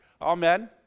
Amen